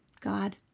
God